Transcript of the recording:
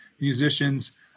musicians